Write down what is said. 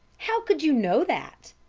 how could you know that?